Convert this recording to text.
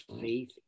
faith